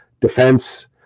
defense